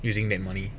using that money